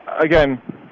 again